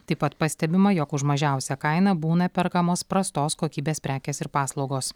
taip pat pastebima jog už mažiausią kainą būna perkamos prastos kokybės prekės ir paslaugos